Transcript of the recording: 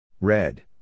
Red